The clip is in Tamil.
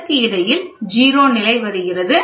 இதற்கு இடையில் 0 நிலை வருகிறது